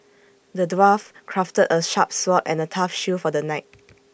the dwarf crafted A sharp sword and A tough shield for the knight